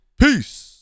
Peace